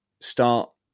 start